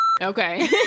okay